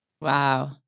Wow